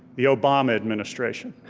the obama administration.